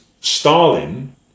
Stalin